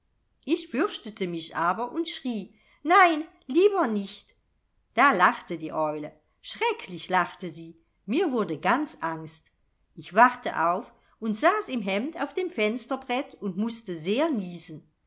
ich fürchtete mich aber und schrie nein lieber nicht da lachte die eule schrecklich lachte sie mir wurde ganz angst ich wachte auf und saß im hemd auf dem fensterbrett und mußte sehr niesen